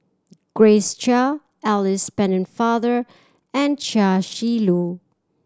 Grace Chia Alice Pennefather and Chia Shi Lu